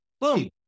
boom